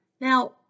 Now